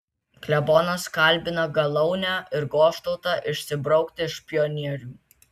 klebonas kalbina galaunę ir goštautą išsibraukti iš pionierių